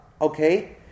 okay